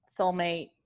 soulmate